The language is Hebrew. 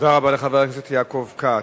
תודה רבה לחבר הכנסת יעקב כץ.